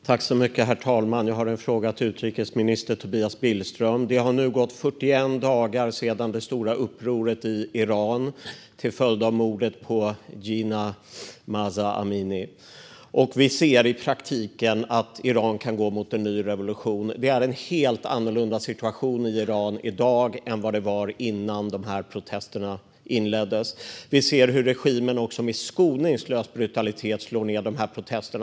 Herr talman! Jag har en fråga till utrikesminister Tobias Billström. Det har nu gått 41 dagar sedan det stora upproret i Iran startade till följd av mordet på Jina Mahsa Amini. Vi ser i praktiken att Iran kan gå mot en ny revolution. Det är en helt annorlunda situation i Iran i dag än vad det var innan de här protesterna inleddes. Vi ser också hur regimen slår ned protesterna med skoningslös brutalitet.